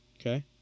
Okay